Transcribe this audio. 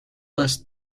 less